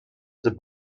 the